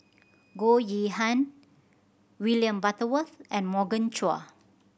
Goh Yihan William Butterworth and Morgan Chua